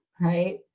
right